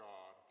God